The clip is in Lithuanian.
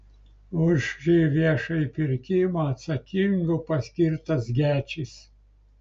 už šį viešąjį pirkimą atsakingu paskirtas gečis